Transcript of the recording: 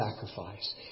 sacrifice